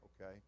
okay